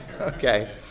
Okay